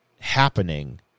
happening